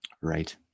Right